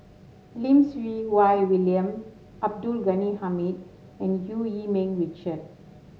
Lim Siew Wai William Abdul Ghani Hamid and Eu Yee Ming Richard